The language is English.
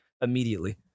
immediately